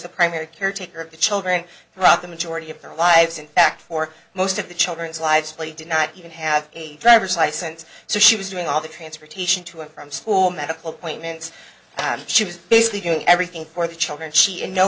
the primary caretaker of the children throughout the majority of their lives in fact for most of the children's lives they did not even have a driver's license so she was doing all the transportation to and from school medical appointments she was basically doing everything for the children she